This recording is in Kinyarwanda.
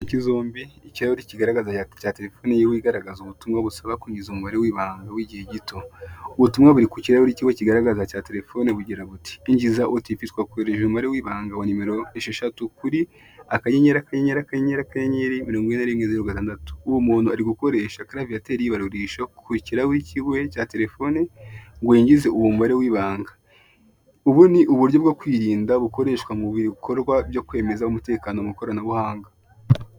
mbi ikirahuri kigaragaza le ya telefoni y'we igaragaza ubutumwa busaba kunyuza umubare w'ibanga w'igihe gito ubutumwa buri ku kirahuri ikigo kigaragaza cya telefoni bugira buti binjiza ubutifazwa koje umubare w'ibanga wa nimero esheshatu kuri akanyenyeri akanyenyeri akanyenyeri akanyenyeri mirongo ine na rimwe zero gatandatu uwo muntu ari gukoresha clavieter yi ibabarurisha ku kirahu cy'buye cya telefone ngo yingizeze uwo mubare w'ibanga ubu ni uburyo bwo kwirinda bukoreshwa mu bikorwa byo kwemeza umutekano mu ikoranabuhanga.